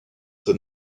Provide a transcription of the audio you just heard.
peut